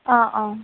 অঁ অঁ